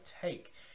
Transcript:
take